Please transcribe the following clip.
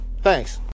Thanks